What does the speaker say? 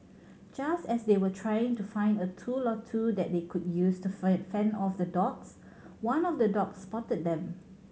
just as they were trying to find a tool or two that they could use to friend fend off the dogs one of the dogs spotted them